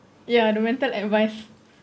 ya the mental advice